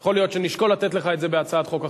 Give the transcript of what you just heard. יכול להיות שנשקול לתת לך את זה בהצעת חוק אחרת.